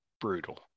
brutal